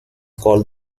called